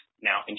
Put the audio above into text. now